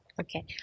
Okay